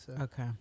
Okay